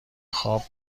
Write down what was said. خواب